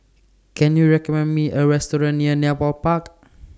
Can YOU recommend Me A Restaurant near Nepal Park